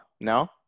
No